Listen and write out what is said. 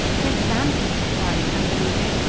prince dantan! she cried, unbelieving.